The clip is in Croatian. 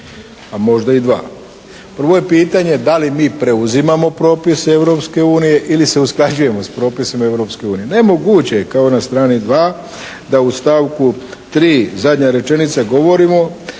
a možda i dva. Prvo je pitanje da li mi preuzimamo propis Europske unije ili se usklađujemo s propisima Europske unije? Nemoguće je kao na strani dva da u stavku 3. zadnja rečenica govorimo